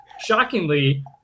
Shockingly